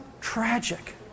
tragic